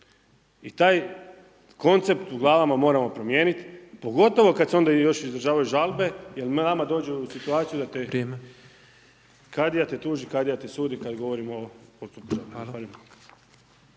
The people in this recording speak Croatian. i taj koncept u glavama moramo promijeniti pogotovo kad se onda još izražavaju žalbe jer nam dođe u situaciju kadija te tuži, kadija se sudi, kad govorimo o .../Govornik se